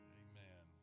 amen